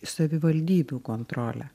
savivaldybių kontrolę